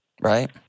Right